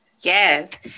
Yes